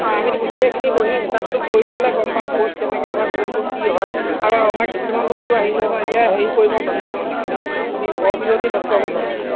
অঁ আমি গোটেইখিনি বহি হিচাপটো কৰি ল'লে গম পাম ক'ত কেনেকৈ আমাক কোনটো কি হয় আৰু আমাৰ কিছুমান বস্তু আহিবও নহয় এতিয়া হেৰি কৰিব নকৰে আপুনি বৰ বিহুৱতী নচুৱাবনে ননচুৱায়